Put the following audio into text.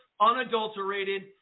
unadulterated